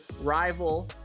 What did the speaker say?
rival